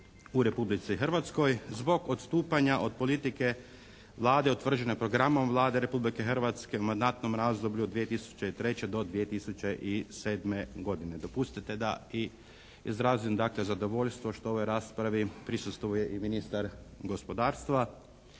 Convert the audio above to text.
u Republici Hrvatskoj zbog odstupanja od politike Vlade utvrđene programom Vlade Republike Hrvatske u mandatnom razdoblju 2003.-2007. godine. Dopustite da i izrazim dakle zadovoljstvo što ovoj raspravi prisustvuje i ministar gospodarstva.